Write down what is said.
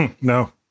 No